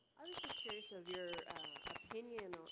i was just curious of your opinion,